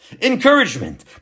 encouragement